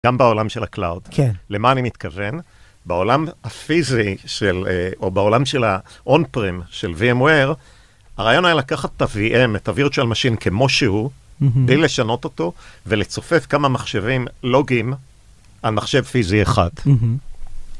גם בעולם של הקלאוד, למה אני מתכוון? בעולם הפיזי של, או בעולם של ה-on-prem של VMware, הרעיון היה לקחת את ה-VM, את ה-Virtual Machine כמו שהוא, בלי לשנות אותו, ולצופף כמה מחשבים לוגיים על מחשב פיזי אחד.